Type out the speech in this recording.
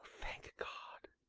thank god!